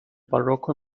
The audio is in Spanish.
barroco